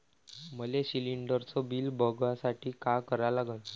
मले शिलिंडरचं बिल बघसाठी का करा लागन?